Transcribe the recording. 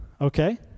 Okay